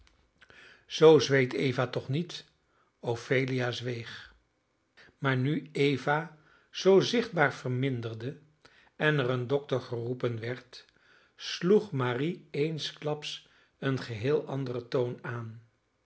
zoo zweet eva toch niet ophelia zweeg maar nu eva zoo zichtbaar verminderde en er een dokter geroepen werd sloeg marie eensklaps een geheel anderen toon aan